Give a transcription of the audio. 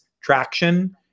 Traction